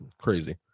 crazy